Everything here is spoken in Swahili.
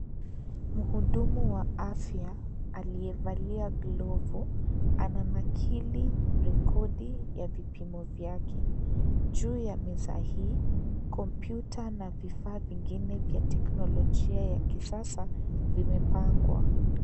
Muhudumu wa afya aliyevalia glovu ananakili rekodi ya vipimo vyake. Juu ya meza hii kompyuta na vifaa vingine vya teknolojia ya kisasa vimepangwa.